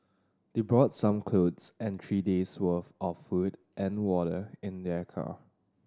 they brought some clothes and three days' worth of food and water in their car